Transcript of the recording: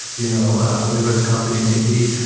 you know whatever the company may be.